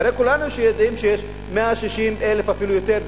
הרי כולנו יודעים שיש 160,000 דירות, אפילו יותר.